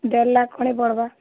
ଦେଢ଼୍ ଲାଖ୍ ଖଣ୍ଡେ ପଡ଼୍ବା